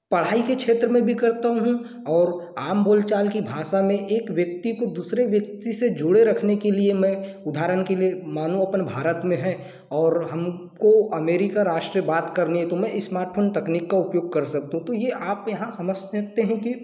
पढ़ाई के क्षेत्र में भी करता हूँ और आम बोल चाल की भाषा में एक व्यक्ति को दूसरे व्यक्ति से जुड़े रखने के लिए मैं उदाहरण के लिए मानो अपन भारत में हैं और हम को अमेरिका राष्ट्र से बात करनी है तो मैं स्मार्टफोन तकनीक का उपयोग कर सकता हूँ तो ये आप यहाँ समझ सकते हैं कि